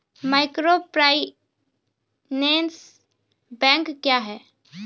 Microfinance bank क्या हैं?